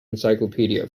encyclopedia